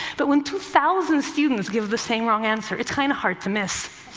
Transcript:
but when two thousand students give the same wrong answer, it's kind of hard to miss.